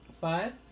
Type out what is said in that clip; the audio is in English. Five